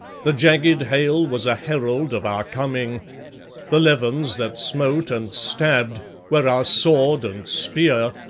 the jagged hail was a herald of our coming the levens that smote and stabbed were our sword and spear,